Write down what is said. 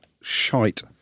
shite